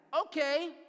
Okay